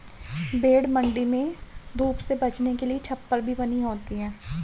भेंड़ मण्डी में धूप से बचने के लिए छप्पर भी बनी होती है